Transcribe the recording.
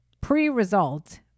pre-result